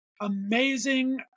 amazing